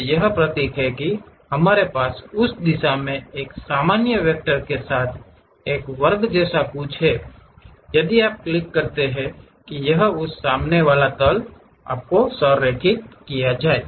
तो यह प्रतीक है कि हमारे पास उस दिशा में एक सामान्य वेक्टर के साथ एक वर्ग जैसा कुछ है यदि आप क्लिक करते हैं कि यह उस सामने वाले तल से संरेखित होगा